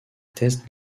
test